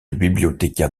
bibliothécaire